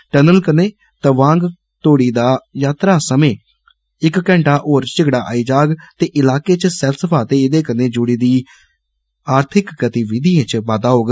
tunnel कन्नै तवांग तोड़ी दा यात्राा समय इक घंटा होर झिगड़ा हाई जाग ते इलाके च सैलसफा ते ऐहदे कन्ने जुड़ी दी आर्थिक गतिविधिएं च बाद्दा होग